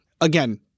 Again